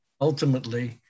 ultimately